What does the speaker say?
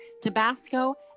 Tabasco